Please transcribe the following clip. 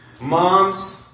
moms